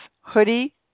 Hoodie